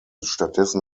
stattdessen